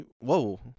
Whoa